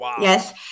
yes